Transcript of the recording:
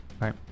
right